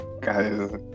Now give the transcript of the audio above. guys